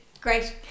Great